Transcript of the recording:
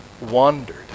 wandered